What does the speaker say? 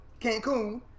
Cancun